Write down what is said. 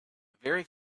very